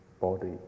body